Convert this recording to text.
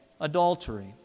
adultery